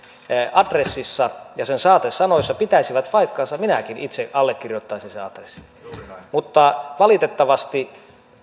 adressissa ja sen saatesanoissa pitäisivät paikkansa minäkin itse allekirjoittaisin sen adressin mutta valitettavasti